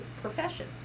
profession